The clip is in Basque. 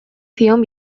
zion